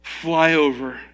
flyover